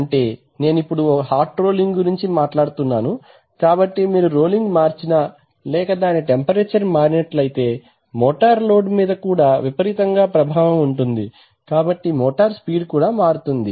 అంటే నేను ఇప్పుడు హాట్ రోలింగ్ గురించి మాట్లాడుతున్నాను కాబట్టి మీరు రోలింగ్ మార్చినా లేక దాని టెంపరేచర్ మారినట్లు అయితే మోటార్ లోడ్ మీద కూడా విపరీతంగా ప్రభావం ఉంటుంది కాబట్టి మోటార్ స్పీడ్ కూడా మారుతుంది